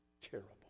terrible